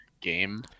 game